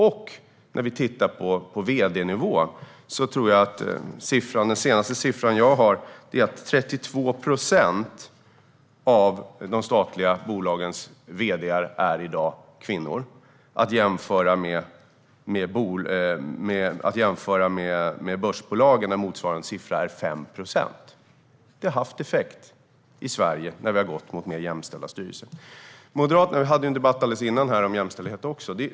Enligt den senaste siffran som jag har är i dag 32 procent av de statliga bolagens vd:ar kvinnor, att jämföra med börsbolagen där motsvarande siffra är 5 procent. Mer jämställda styrelser har alltså haft effekt i Sverige. Före den här debatten hade vi en annan debatt om jämställdhet.